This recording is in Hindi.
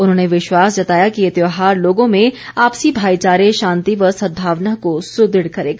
उन्होंने विश्वास जताया कि ये त्यौहार लोगों में आपसी भाई चारे शांति व सदभावना को सुदृढ करेगा